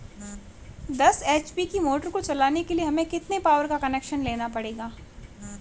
दस एच.पी की मोटर को चलाने के लिए हमें कितने पावर का कनेक्शन लेना पड़ेगा?